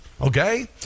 Okay